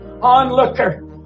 onlooker